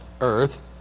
earth